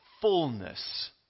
fullness